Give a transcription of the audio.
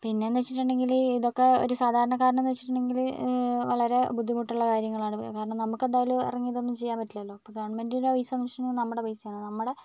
പിന്നേന്നു വെച്ചിട്ടൂണ്ടെങ്കിൽ ഇതൊക്കെ ഒരു സാധാരണക്കാരനെന്ന് വെച്ചിട്ടുണ്ടെങ്കിൽ വളരെ ബുദ്ധിമുട്ടുള്ള കാര്യങ്ങളാണ് കാരണം നമുക്കെന്തായാലും ഇറങ്ങി ഇതൊന്നും ചെയ്യാൻ പറ്റില്ലല്ലോ അപ്പോൾ ഗവൺമെൻറ്റിൻറ്റെ പൈസന്ന് വെച്ചിട്ടൂണ്ടെങ്കിൽ നമ്മുടെ പൈസയാണ് നമ്മുടെ